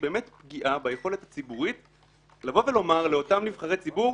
פגיעה ביכולת הציבורית לבוא ולומר לאותם נבחרי ציבור: